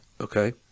okay